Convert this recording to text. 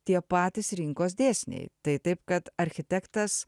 tie patys rinkos dėsniai tai taip kad architektas